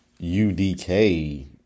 UDK